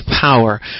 power